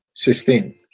16